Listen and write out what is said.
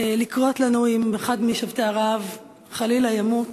לקרות לנו אם אחד משובתי הרעב חלילה ימות.